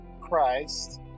Christ